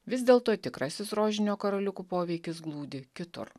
vis dėl to tikrasis rožinio karoliukų poveikis glūdi kitur